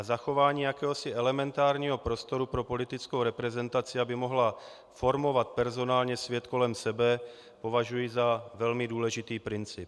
Zachování jakéhosi elementárního prostoru pro politickou reprezentaci, aby mohla formovat personálně svět kolem sebe, považuji za velmi důležitý princip.